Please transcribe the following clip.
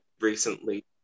recently